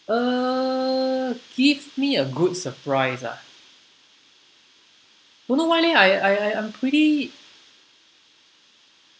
uh give me a good surprise ah don't know why leh I I I I'm pretty